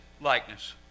likeness